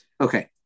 Okay